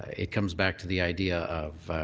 it comes back to the idea of